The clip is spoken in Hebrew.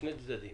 שני צדדים